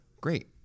great